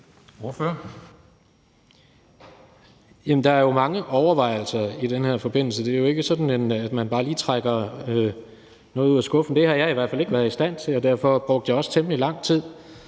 der er jo mange overvejelser i den her forbindelse. Der er jo ikke sådan, at man bare lige trækker noget op af skuffen. Det har jeg i hvert fald ikke været i stand til, og derfor brugte jeg også temmelig lang tid